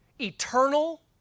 eternal